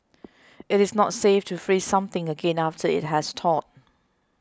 it is not safe to freeze something again after it has thawed